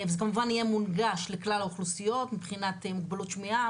וזה כמובן יהיה מונגש לכלל האוכלוסיות מבחינת מוגבלות שמיעה,